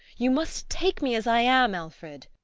you must take me as i am, alfred.